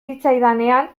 zitzaidanean